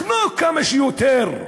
לחנוק כמה שיותר,